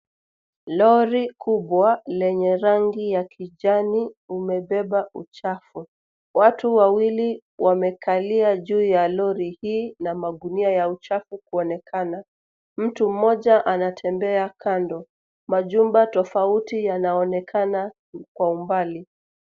Lori kubwa lenye rangi ya kijani limebeba uchafu. Watu wawili wamekalia juu ya lori hii na magunia ya uchafu kuonekana. Mtu mmoja anatembea kando .Majumba tofauti yanaonekana kwa umbali.